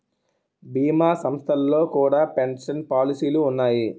భీమా సంస్థల్లో కూడా పెన్షన్ పాలసీలు ఉన్నాయి